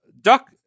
duck